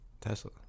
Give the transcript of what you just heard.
Tesla